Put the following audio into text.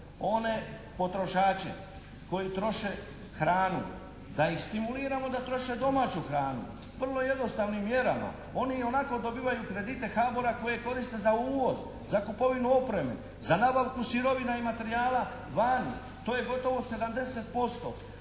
one potrošače koji troše hranu da ih stimuliramo da troše domaću hranu vrlo jednostavnim mjerama. Oni ionako dobivaju kredite HABOR-a koje koriste za uvoz, za kupovinu opreme, za nabavku sirovina i materijala vani. To je gotovo 70%